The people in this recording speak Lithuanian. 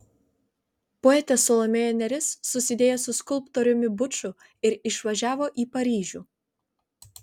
poetė salomėja nėris susidėjo su skulptoriumi buču ir išvažiavo į paryžių